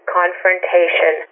confrontation